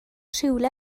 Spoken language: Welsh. rhywle